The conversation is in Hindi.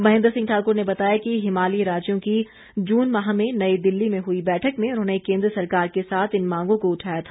महेन्द्र सिंह ठाकुर ने बताया कि हिमालयी राज्यों की जून माह में नई दिल्ली में हुई बैठक में उन्होंने केन्द्र सरकार के साथ इन मांगों को उठाया था